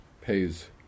pays